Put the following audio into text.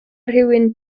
rhywun